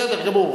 בסדר גמור.